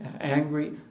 angry